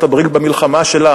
מזכירות הכנסת,